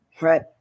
right